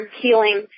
healing